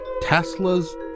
Tesla's